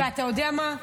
ואתה יודע מה?